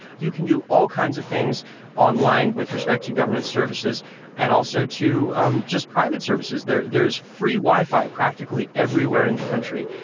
you can do all kinds of things online with respect to government services and also um just private services. there's there's free wi-fi, practically everywhere in the country.